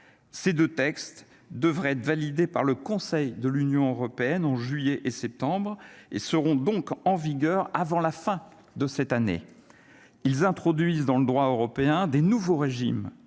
ces 2 textes devraient être validée par le Conseil de l'Union européenne en juillet et septembre et seront donc en vigueur avant la fin de cette année, ils introduisent dans le droit européen des nouveaux régimes